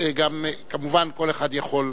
וכמובן, כל אחד יכול,